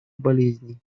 болезней